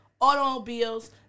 automobiles